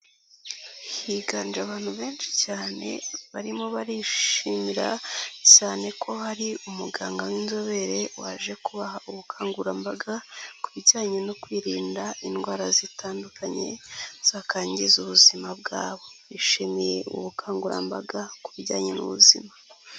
Higanje abantu benshi cyane barimo barishimira cyane ko hari umuganga w'inzobere waje kubaha ubukangurambaga ku bijyanye no kwirinda indwara zitandukanye, zakwangiza ubuzima bwabo. Bishimiye ubukangurambaga ku bijyanye n'ubuzima.